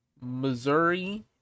missouri